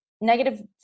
negative